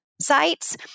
sites